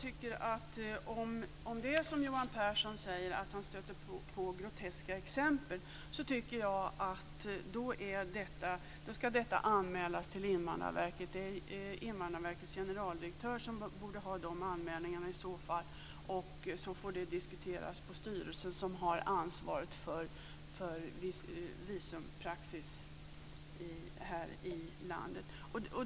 Herr talman! Om det är som Johan Pehrson säger och han stöter på groteska exempel tycker jag att det ska anmälas till Invandrarverket. Det är i så fall Invandrarverkets generaldirektör som borde ha de anmälningarna. Så får det diskuteras i styrelsen, som har ansvaret för visumpraxis här i landet.